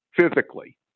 physically